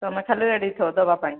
ତୁମେ ଖାଲି ରେଡି ଥାଅ ଦେବା ପାଇଁ